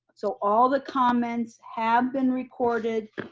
so all the comments have been recorded.